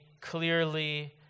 clearly